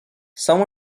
some